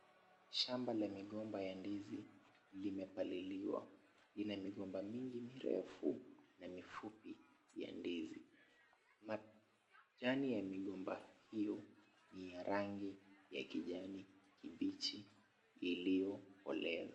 Shamba la migomba ya ndizi limepaliliwa. Lina migomba mingi mirefu na mifupi ya ndizi. Majani ya migomba hiyo ni ya rangi ya kijani kibichi iliyokolea.